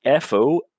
FO